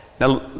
Now